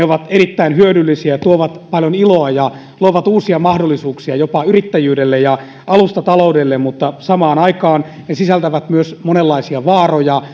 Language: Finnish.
ovat erittäin hyödyllisiä tuovat paljon iloa ja luovat uusia mahdollisuuksia jopa yrittäjyydelle ja alustataloudelle mutta samaan aikaan ne sisältävät myös monenlaisia vaaroja